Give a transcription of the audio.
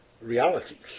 realities